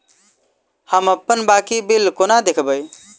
हम अप्पन बाकी बिल कोना देखबै?